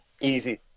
Easy